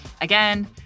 again